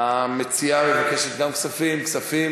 גם המציעה מבקשת כספים.